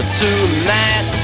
tonight